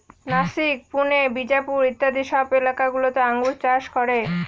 নাসিক, পুনে, বিজাপুর ইত্যাদি সব এলাকা গুলোতে আঙ্গুর চাষ করে